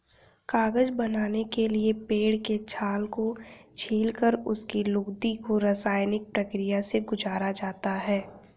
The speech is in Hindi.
कागज बनाने के लिए पेड़ के छाल को छीलकर उसकी लुगदी को रसायनिक प्रक्रिया से गुजारा जाता है